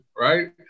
Right